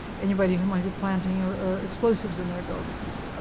anybody who might be planting ah explosives in their buildings.